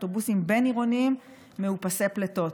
אוטובוסים בין-עירוניים מאופסי פליטות.